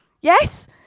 yes